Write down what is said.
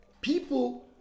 people